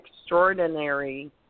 extraordinary